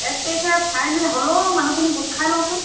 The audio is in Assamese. এক তাৰিখে ফাইনেল হ'লেও মানুহখিনি গোট খাই লওঁচোন